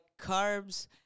carbs